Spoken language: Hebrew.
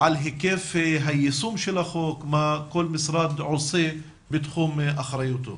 על היקף היישום של החוק ומה כל משרד עושה בתחום אחריותו.